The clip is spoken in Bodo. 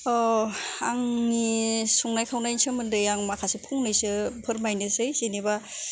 ओ आंनि संनाय खावनायनि सोमोन्दै आं माखासे फंनैसो फोरमायनोसै जेनेबा